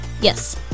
Yes